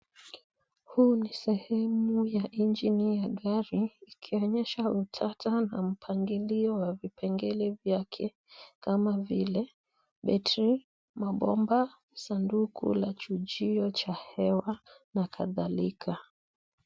Huu ni sehemu ya engine ya gari ikionyesha utata na mpangilio wa vipengele vyake kama vile battery , mabomba, sanduku la chujio cha hewa na kadhilika.